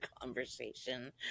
conversation